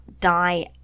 die